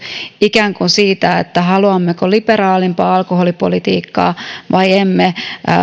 ikään kuin siitä haluammeko liberaalimpaa alkoholipolitiikkaa vai emme